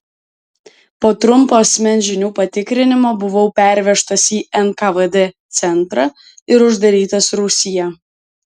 po trumpo asmens žinių patikrinimo buvau pervežtas į nkvd centrą ir uždarytas rūsyje